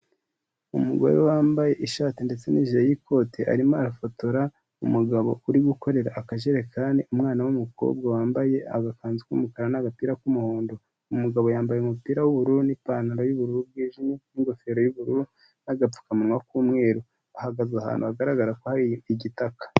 Umugore wambaye ishati ndetse n'ijire y'ikote, arimo arafotora umugabo uri gukorera akajerekani umwana w'umukobwa wambaye agakanzu k'umukara n'agapira k'umuhondo, umugabo yambaye umupira w'ubururu n'ipantaro y'ubururu bwijimye n'ingofero y'ubururu n'agapfukamunwa k'umweru, ahagaze ahantu hagaragara ko hari igitaka.